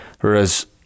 whereas